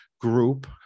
group